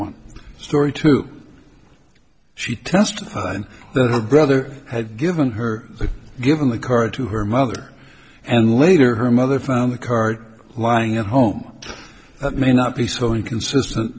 one story too she testified that her brother had given her given the card to her mother and later her mother found the card lying at home may not be so inconsistent